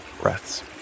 breaths